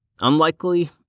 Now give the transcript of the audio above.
unlikely